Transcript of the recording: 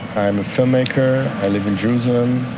i'm a filmmaker, i live in jerusalem.